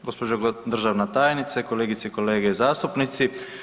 Gospođo državna tajnice, kolegice i kolege zastupnici.